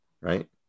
right